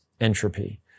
entropy